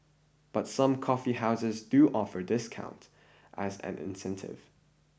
but some coffee houses do offer discounts as an incentive